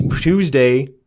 Tuesday